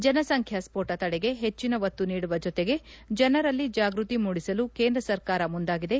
ಜನಸಂಖ್ಯಾ ಸ್ವೋಟ ತಡೆಗೆ ಹೆಚ್ಚನ ಒತ್ತು ನೀಡುವ ಜೊತೆಗೆ ಜನರಲ್ಲಿ ಜಾಗೃತಿ ಮೂಡಿಸಲು ಕೇಂದ್ರ ಸರ್ಕಾರ ಮುಂದಾಗಿದೆ